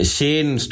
Shane